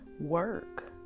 work